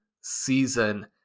season